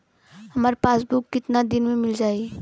हमार पासबुक कितना दिन में मील जाई?